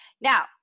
Now